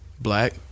black